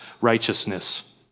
righteousness